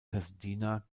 pasadena